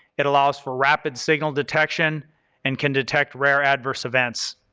it allows for rapid signal detection and can detect rare adverse events.